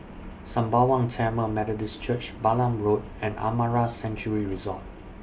Sembawang Tamil Methodist Church Balam Road and Amara Sanctuary Resort